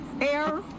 air